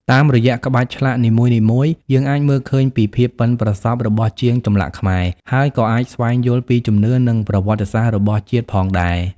តាមរយៈក្បាច់ឆ្លាក់នីមួយៗ យើងអាចមើលឃើញពីភាពប៉ិនប្រសប់របស់ជាងចម្លាក់ខ្មែរ ហើយក៏អាចស្វែងយល់ពីជំនឿ និងប្រវត្តិសាស្រ្តរបស់ជាតិផងដែរ។